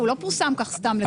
הוא לא פורסם כך סתם.